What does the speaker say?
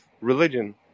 religion